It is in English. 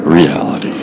reality